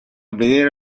vedere